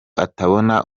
atabona